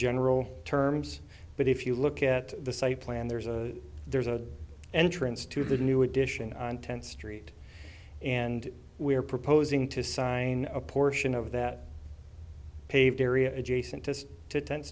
general terms but if you look at the site plan there's a there's a entrance to the new addition on tenth street and we're proposing to sign a portion of that paved area adjacent to to tenth